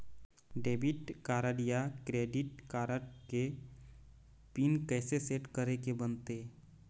Debit card या credit card के PIN कइसे सेट करे के बनते?